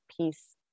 peace